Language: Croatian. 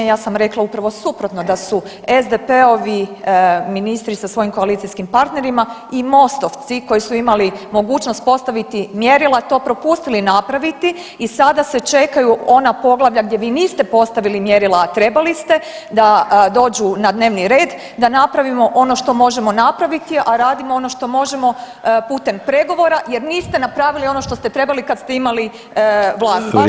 Ja sam rekla upravo suprotno da su SDP-ovi ministri sa svojim koalicijskim partnerima i Most-ovci koji su imali mogućnost postaviti mjerila to propustili napraviti i sada se čekaju ona poglavlja gdje vi niste postavili mjerila, a trebali ste da dođu na dnevni red da napravimo ono što možemo napraviti, a radimo ono što možemo putem pregovora jer niste napravili ono što ste trebali kad ste imali vlast.